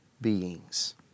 beings